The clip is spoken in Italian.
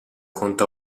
conta